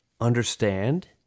understand